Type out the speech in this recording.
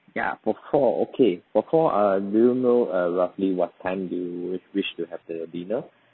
ya for four okay for four uh do you know uh roughly what time do you wish to have the dinner